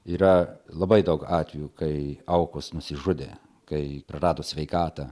yra labai daug atvejų kai aukos nusižudė kai prarado sveikatą